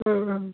অঁ অঁ